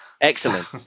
Excellent